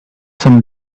some